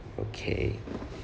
okay